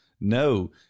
No